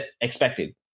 expected